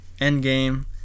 Endgame